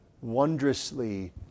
wondrously